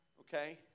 Okay